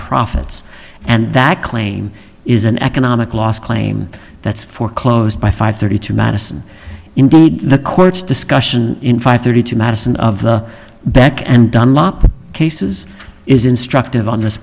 profits and that claim is an economic loss claim that's foreclosed by five thirty two madison in the courts discussion in five thirty two madison of the back and dunlop cases is instructive on this